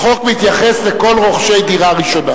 החוק מתייחס לכל רוכשי דירה ראשונה.